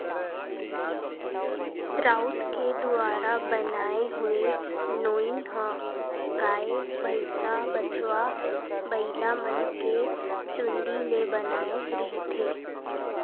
राउत के दुवारा बनाय होए नोई ह गाय, भइसा, बछवा, बइलामन के चूंदी ले बनाए रहिथे